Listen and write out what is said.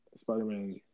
Spider-Man